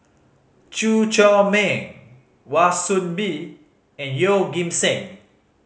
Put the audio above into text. Chew Chor Meng Wan Soon Bee and Yeoh Ghim Seng